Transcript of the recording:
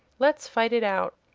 let's fight it out.